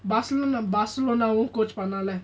barcelona barcelona coach பண்ணன்ல:pannanla